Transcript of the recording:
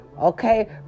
okay